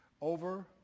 over